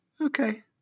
Okay